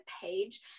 page